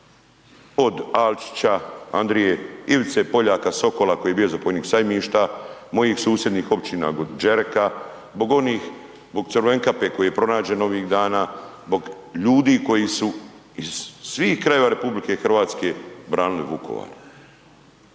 od Alčića Andrije, Ivice Poljaka Sokola koji je bio zapovjednik Sajmišta, mojih susjednih općina Đereka, zbog onih, zbog Crvenkape koji je pronađen ovih dana, zbog ljudi koji su iz svih krajeva RH branili Vukovar.